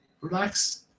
relax